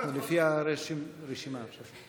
אנחנו לפי הרשימה עכשיו.